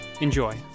Enjoy